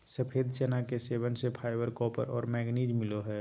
सफ़ेद चना के सेवन से फाइबर, कॉपर और मैंगनीज मिलो हइ